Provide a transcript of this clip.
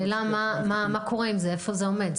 השאלה מה קורה עם זה, איפה זה עומד?